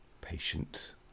patient